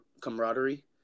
camaraderie